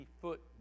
foot